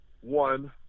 one